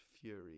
fury